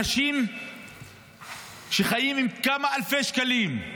אנשים שחיים עם כמה אלפי שקלים,